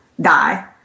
die